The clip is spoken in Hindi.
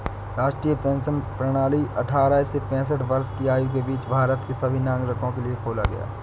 राष्ट्रीय पेंशन प्रणाली अट्ठारह से पेंसठ वर्ष की आयु के बीच भारत के सभी नागरिकों के लिए खोला गया